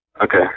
okay